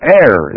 air